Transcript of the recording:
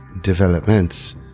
developments